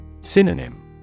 Synonym